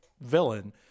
villain